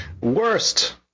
Worst